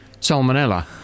Salmonella